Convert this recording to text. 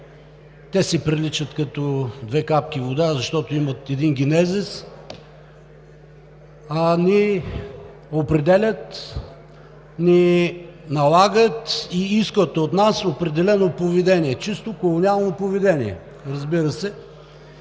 те си приличат като две капки вода, защото имат един генезис, ни определят, ни налагат и искат от нас определено поведение, чисто колониално поведение, разбира се.